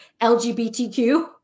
LGBTQ